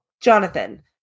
Jonathan